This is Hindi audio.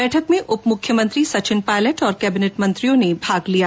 बैठक में उप मुख्यमंत्री सचिन पायलट और केबिनेट मंत्रियों ने भाग लिया